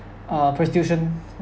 uh prostitution